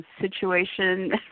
situation